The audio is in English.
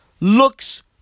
looks